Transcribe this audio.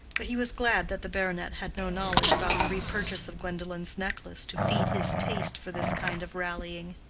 but he was glad that the baronet had no knowledge about the repurchase of gwendolen's necklace to feed his taste for this kind of rallying.